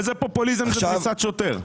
איזה פופוליזם זה דריסת שוטר?